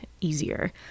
easier